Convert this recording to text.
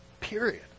Period